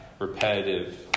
repetitive